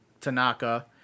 Tanaka